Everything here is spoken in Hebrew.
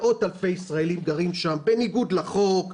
מאות אלפי ישראלים גרים שם בניגוד לחוק,